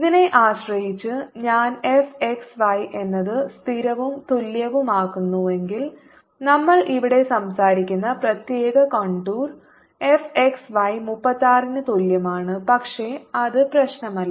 ഇതിനെ ആശ്രയിച്ച് ഞാൻ f x y എന്നത് സ്ഥിരവും തുല്യവുമാക്കുന്നുവെങ്കിൽ നമ്മൾ ഇവിടെ സംസാരിക്കുന്ന പ്രത്യേക കോണ്ടൂർ f x y 36 ന് തുല്യമാണ് പക്ഷേ അത് പ്രശ്നമല്ല